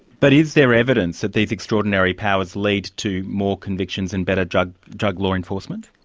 but is there evidence that these extraordinary powers lead to more convictions and better drug drug law enforcement?